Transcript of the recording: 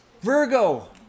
Virgo